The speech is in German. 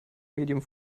medium